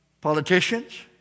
politicians